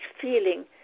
feeling